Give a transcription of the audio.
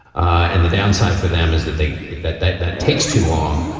and the downside for them is that they that that that takes too long.